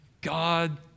God